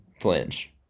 flinch